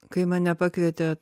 kai mane pakvietė